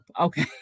Okay